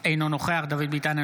אינו נוכח דוד ביטן,